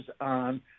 on